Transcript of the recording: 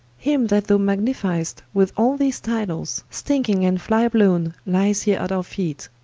him that thou magnifi'st with all these titles, stinking and fly-blowne lyes heere at our feete